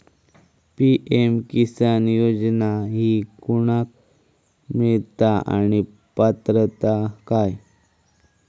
PM Kisan योजना ही कोणाक मिळता आणि पात्रता काय?